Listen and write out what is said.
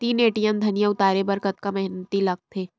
तीन एम.टी धनिया उतारे बर कतका मेहनती लागथे?